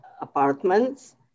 apartments